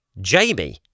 Jamie